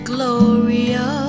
Gloria